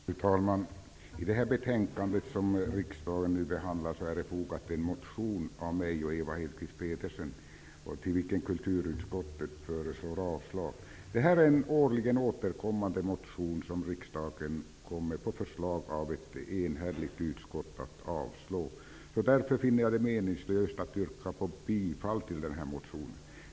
Fru talman! Till det betänkande som riksdagen nu behandlar har fogats en motion av mig och Ewa Det är en årligen återkommande motion som riksdagen nu på förslag av ett enhälligt utskott kommer att avslå. Därför finner jag det meningslöst att yrka bifall till motionen.